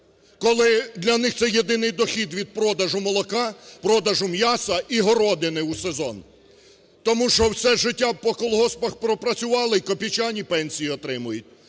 коли це для них єдиний дохід від продажу молока, продажу м'яса і городини у сезон, тому що все життя по колгоспах пропрацювали і копійчані пенсії отримують.